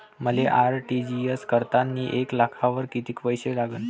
मले आर.टी.जी.एस करतांनी एक लाखावर कितीक पैसे लागन?